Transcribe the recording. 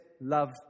love